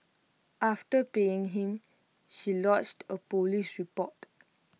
after paying him she lodged A Police report